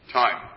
time